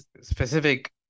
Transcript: specific